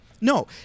No